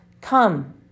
Come